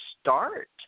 start